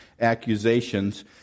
accusations